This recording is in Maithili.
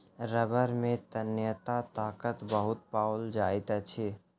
रबड़ में तन्यता ताकत बहुत पाओल जाइत अछि